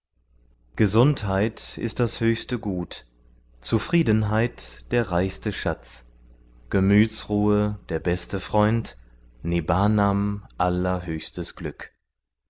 gesundheit ist das höchste gut zufriedenheit der reichste schatz gemütsruhe der beste freund nibbnam allerhöchstes glück